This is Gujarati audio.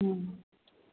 હમ